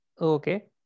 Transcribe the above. Okay